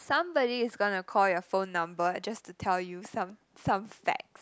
somebody is gonna call your phone number just to tell you some some facts